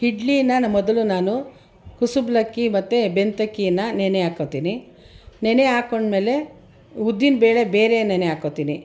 ಇಡ್ಲಿನ ಮೊದಲು ನಾನು ಕುಸುಬ್ಲಕ್ಕಿ ಮತ್ತು ಬೆನ್ತಕ್ಕಿಯನ್ನ ನೆನೆ ಹಾಕ್ಕೊಳ್ತೀನಿ ನೆನೆ ಹಾಕ್ಕೊಂಡ್ಮೇಲೆ ಉದ್ದಿನಬೇಳೆ ಬೇರೆ ನೆನೆ ಹಾಕ್ಕೊಳ್ತೀನಿ